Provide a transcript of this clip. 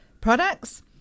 products